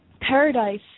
paradise